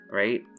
right